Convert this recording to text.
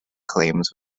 claims